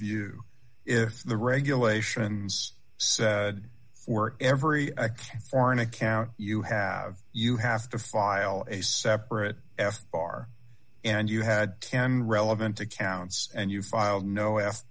view if the regulations said for every foreign account you have you have to file a separate f r and you had ten relevant accounts and you filed no ask